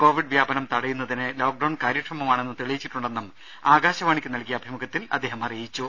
Covid വ്യാപനം തടയുന്നതിന് lockdown കാര്യക്ഷമമാണെന്ന് തെളിയിച്ചിട്ടുണ്ടെന്നും ആകാശവാണിക്ക് നൽകിയ അഭിമുഖത്തിൽ അദ്ദേഹം അറിയിച്ചു